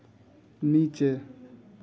नीचे